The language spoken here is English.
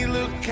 Look